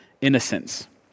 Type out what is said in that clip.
innocence